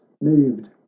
moved